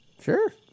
Sure